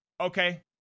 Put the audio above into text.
Okay